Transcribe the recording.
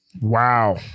Wow